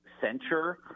censure